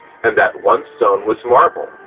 and that one stone was marble,